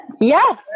Yes